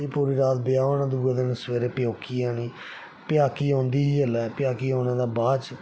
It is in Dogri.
पूरी रात ब्याह् होना दूए दिन सबेरे पंजाकी औनी पंजाकी औंदी ही जेल्लै पंजाकी औने दे बाद